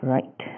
Right